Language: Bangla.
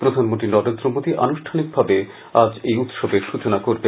প্রধানমন্ত্রী নরেন্দ্র মোদি আনুষ্ঠানিকভাবে আজ এই উৎসবের সূচনা করবেন